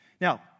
Now